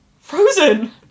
frozen